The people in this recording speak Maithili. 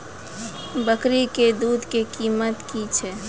बकरी के दूध के कीमत की छै?